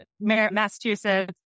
Massachusetts